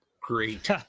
great